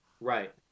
right